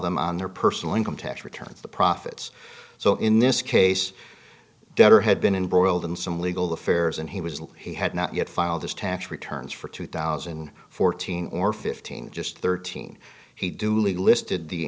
them on their personal income tax returns the profits so in this case debtor had been in broiled in some legal affairs and he was he had not yet filed his tax returns for two thousand and fourteen or fifteen just thirteen he duly listed the